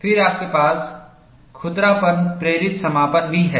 फिर आपके पास खुरदरापन प्रेरित समापन भी है